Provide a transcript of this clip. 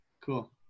Cool